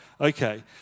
Okay